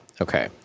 Okay